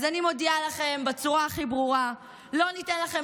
אז אני מודיעה לכם בצורה הכי ברורה: לא ניתן לכם